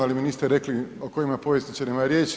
Ali mi niste rekli o kojima povjesničarima je riječ.